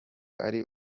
ari